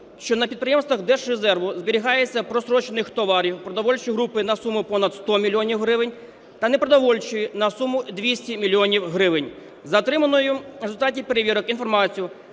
що на підприємствах Держрезерву зберігається прострочених товарів продовольчої групи на суму понад 100 мільйонів гривень та непродовольчої на суму 200 мільйонів гривень. За отриманою в результаті перевірок інформацією